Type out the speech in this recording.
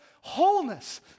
wholeness